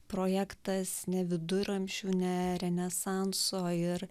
projektas ne viduramžių ne renesanso ir